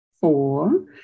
four